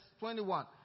21